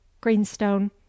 greenstone